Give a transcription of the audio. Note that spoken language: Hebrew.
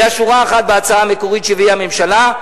היה שורה אחת בהצעה המקורית שהביאה הממשלה,